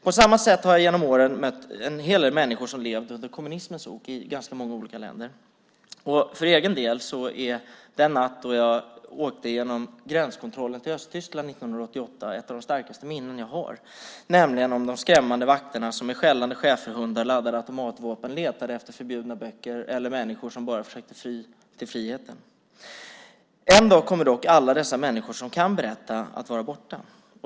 På samma sätt har jag under åren mött en hel del människor som har levt under kommunismens ok i ganska många olika länder. För egen del är den natt då jag åkte genom gränskontrollen till Östtyskland 1988 ett av de starkaste minnen jag har. Jag minns de skrämmande vakterna som med skällande schäferhundar och laddade automatvapen letade efter förbjudna böcker eller människor som bara försökte fly till friheten. En dag kommer dock alla dessa människor som kan berätta att vara borta.